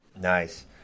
Nice